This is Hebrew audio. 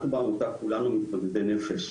אנחנו בעמותה כולנו מתמודדי נפש.